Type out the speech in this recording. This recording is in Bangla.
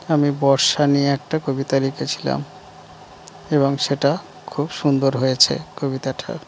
আমি বর্ষা নিয়ে একটা কবিতা লিখেছিলাম এবং সেটা খুব সুন্দর হয়েছে কবিতাটা